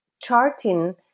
charting